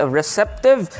receptive